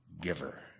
giver